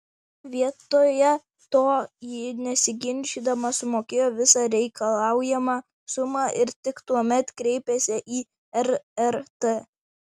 vietoje to ji nesiginčydama sumokėjo visą reikalaujamą sumą ir tik tuomet kreipėsi į rrt